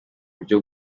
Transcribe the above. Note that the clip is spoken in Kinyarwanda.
buryo